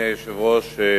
אדוני היושב-ראש,